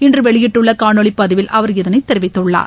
இன்று வெளியிட்டுள்ள காணொலிப் பதிவில் அவர் இதனைத் தெரிவித்துள்ளார்